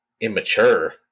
immature